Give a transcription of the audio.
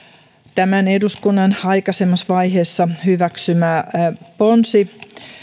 tämän eduskunnan aikaisemmassa vaiheessa hyväksymä ponsi